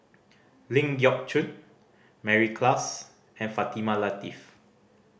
Ling Geok Choon Mary Klass and Fatimah Lateef